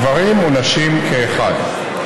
גברים ונשים כאחד.